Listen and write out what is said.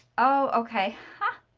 oh, okay. ha!